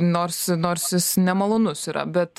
nors nors jis nemalonus yra bet